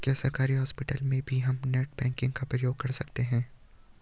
क्या सरकारी हॉस्पिटल में भी हम नेट बैंकिंग का प्रयोग कर सकते हैं?